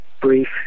brief